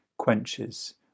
Quenches